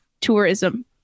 tourism